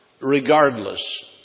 regardless